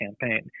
campaign